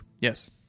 Yes